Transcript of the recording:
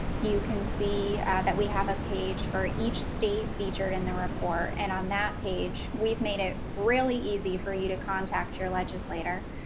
you can see that we have a page for each state featured in the report, and on that page, we've made it really easy for you to contact your legislator.